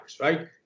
right